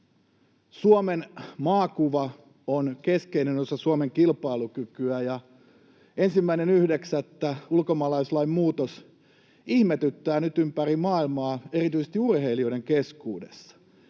Suomen maakuva on keskeinen osa Suomen kilpailukykyä, ja 1.9. ulkomaalaislain muutos ihmetyttää nyt ympäri maailmaa erityisesti urheilijoiden keskuudessa.